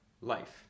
life